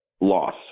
loss